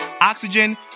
Oxygen